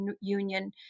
Union